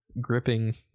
gripping